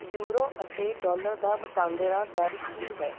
euro ਅਤੇ dollar ਦਾ ਵਟਾਂਦਰਾ ਦਰ ਕੀ ਹੈ